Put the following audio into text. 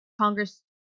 Congress